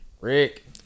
Rick